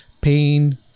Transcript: pain